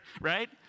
right